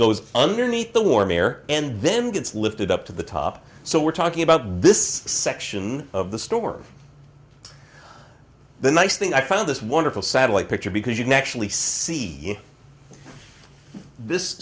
goes underneath the warm air and then gets lifted up to the top so we're talking about this section of the store the nice thing i found this wonderful satellite picture because you can actually see this